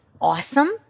awesome